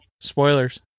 Spoilers